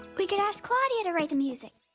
we could ask claudia to write the music.